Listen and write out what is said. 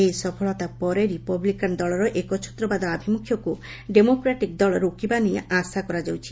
ଏହି ସଫଳତା ପରେ ରିପବ୍ଲିକାନ ଦଳର ଏକଛତ୍ରବାଦ ଆଭିମ୍ରଖ୍ୟକ୍ ଡୋମୋକ୍ରାଟିକ୍ ଦଳ ରୋକିବା ନେଇ ଆଶା କରାଯାଉଛି